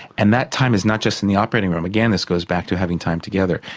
and that time is not just in the operating room. again, this goes back to having time together,